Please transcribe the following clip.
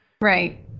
Right